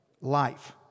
life